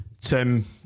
Tim